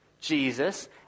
Jesus